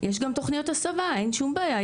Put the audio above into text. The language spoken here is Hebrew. יש גם תוכניות הסבה אין בעיה.